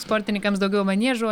sportininkams daugiau maniežų